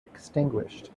extinguished